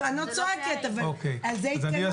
אני לא צועקת, אבל על זה התכנסנו.